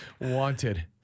Wanted